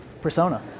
persona